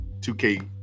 2k